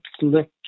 look